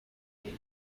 later